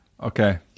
Okay